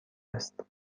است